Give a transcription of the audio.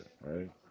right